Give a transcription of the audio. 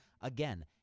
Again